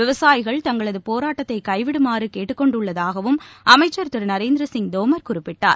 விவசாயிகள் தங்களது போராட்டத்தை கைவிடுமாறு கேட்டுக்கொண்டதாகவும் அமைச்சர் திரு நரேந்திர சிங் தோமர் குறிப்பிட்டார்